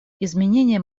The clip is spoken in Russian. изменение